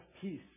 peace